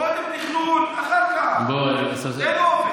קודם תכנון, אחר כך, תן אופק.